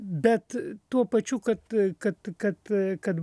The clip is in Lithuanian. bet tuo pačiu kad kad kad kad